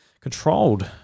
controlled